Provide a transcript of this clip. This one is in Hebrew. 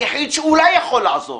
היחיד שאולי יכול לעזור